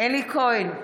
אלי כהן,